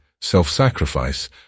self-sacrifice